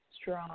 strong